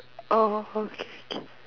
oh okay